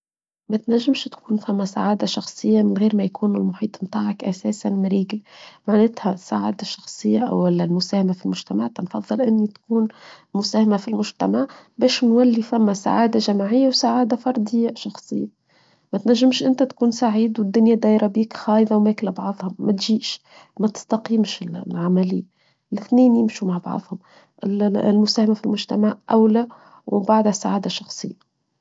ما تنجمش تكون ثم سعادة شخصية من غير ما يكون المحيط بتاعك أساساً مريق معناتها سعادة شخصية أو المساهمة في المجتمع تنفضل أن تكون مساهمة في المجتمع باش نولي ثم سعادة جماعية وسعادة فردية شخصية ما تنجمش أنت تكون سعيد والدنيا دايرة بيك خايضة وماك لبعضهم ما تجيش ما تستقيمش العملي الاثنين يمشوا مع بعضهم المساهمة في المجتمع أولى وبعدها السعادة الشخصية.